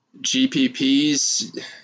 GPPs